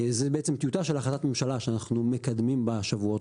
זה בעצם טיוטה של החלטת ממשלה שאנחנו מקדמים בשבועות